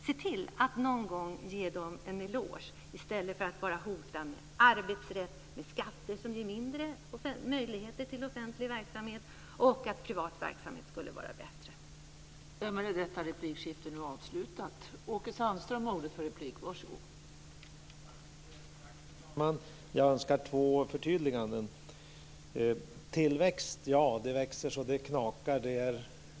Se till att någon gång ge personalen en eloge i stället för att bara hota med arbetsrätt, med skatter som ger mindre möjligheter till offentlig verksamhet och med att privat verksamhet skulle vara bättre!